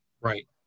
Right